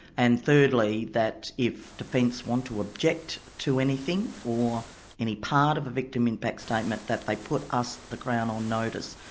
and thirdly, that if defence want to object to anything, or any part of a victim impact statement, they put us, the crown, on notice,